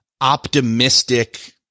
optimistic